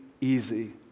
easy